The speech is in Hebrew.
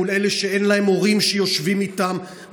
מול אלה שאין להם הורים שיושבים איתם,